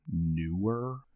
newer